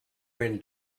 when